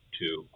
two